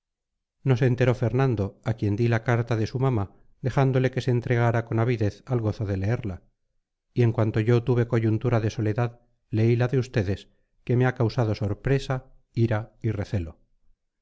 no se enteró fernando a quien di la carta de su mamá dejándole que se entregara con avidez al gozo de leerla y en cuanto yo tuve coyuntura de soledad leí la de ustedes que me ha causado sorpresa ira y recelo